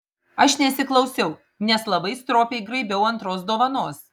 aš nesiklausiau nes labai stropiai graibiau antros dovanos